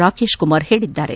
ರಾಕೇಶ್ ಕುಮಾರ್ ತಿಳಿಸಿದ್ದಾರೆ